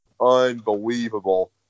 unbelievable